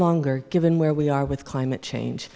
longer given where we are with climate change